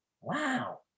wow